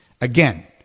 Again